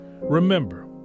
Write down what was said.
Remember